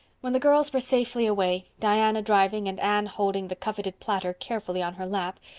when the girls were safely away, diana driving and anne holding the coveted platter carefully on her lap,